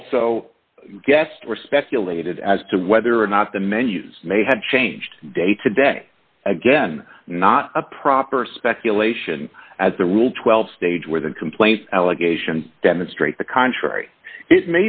also guessed or speculated as to whether or not the menus may have changed day to day again not a proper speculation as the rule twelve stage where the complaint allegation demonstrate the contrary it